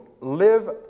live